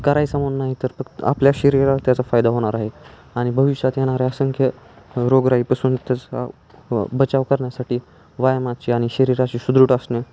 करायचा म्हणून नाही तर फक्त आपल्या शरीराला त्याचा फायदा होणार आहे आणि भविष्यात येणाऱ्या असंख्य रोगराईपासून त्याचा बचाव करण्यासाठी व्यायामाची आणि शरीराची सुदृढ असणे